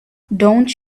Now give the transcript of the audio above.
don’t